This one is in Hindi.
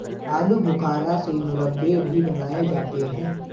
आलू बुखारा से मुरब्बे भी बनाए जाते हैं